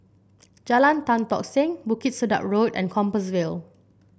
Jalan Tan Tock Seng Bukit Sedap Road and Compassvale